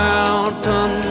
Mountain